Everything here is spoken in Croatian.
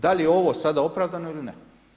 Da li je ovo sada opravdano ili ne.